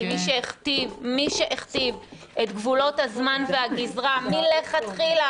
כי מי שהכתיב את גבולות הזמן והגזרה מלכתחילה,